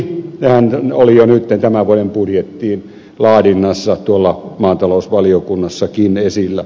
sehän oli jo nyt tämän vuoden budjetin laadinnassa tuolla maatalousvaliokunnassakin esillä